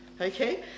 Okay